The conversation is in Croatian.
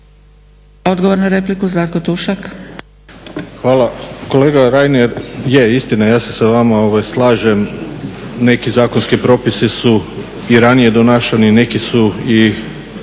laburisti - Stranka rada)** Hvala. Kolega Reiner, je istina je ja sa vama slažem, neki zakonski propisi su i ranije donašani, neki su i